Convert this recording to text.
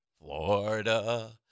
Florida